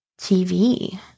TV